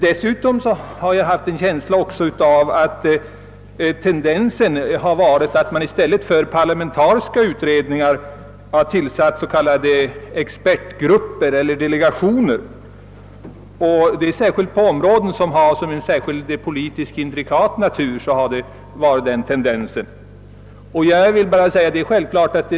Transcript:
Deössutom har jag haft en känsla av att tendensen har varit att man särskilt på områden av politiskt intrikat natur i stället för parlamentariska utredningar har tillsatt s.k. expertgrupper eller delegationer.